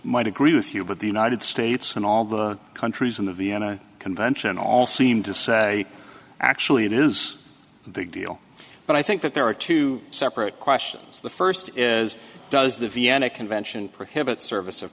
might agree with you but the united states and all the countries in the vienna convention all seem to say actually it is a big deal but i think that there are two separate questions the first is does the vienna convention prohibit service of